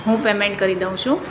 હું પેમેન્ટ કરી દઉં છું